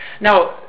Now